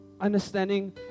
Understanding